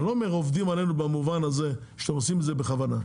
אני לא אומר "עובדים עלינו" במובן הזה שאתם עושים את זה בכוונה,